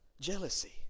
Jealousy